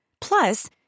Plus